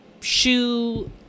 shoe